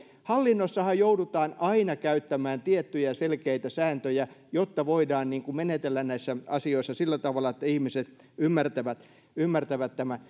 hallinnossahan joudutaan aina käyttämään tiettyjä selkeitä sääntöjä jotta voidaan menetellä näissä asioissa sillä tavalla että ihmiset ymmärtävät ymmärtävät tämän